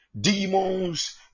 Demons